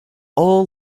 all